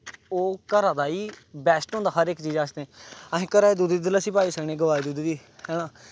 ओह् घरा दा गै बैस्ट होंदा हर चीज़ आस्तै असीं घरै दे दुद्ध दी दलस्सी पाई सकने गवा दे दुद्ध दी है ना